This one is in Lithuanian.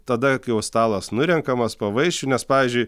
tada kai jau stalas nurenkamas po vaišių nes pavyzdžiui